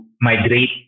migrate